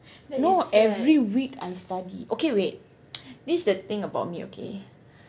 no every week I study okay wait this the thing about me okay